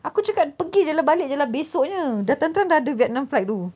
aku cakap pergi jer lah balik jer lah besoknya dah terang-terang dah ada vietnam flight tu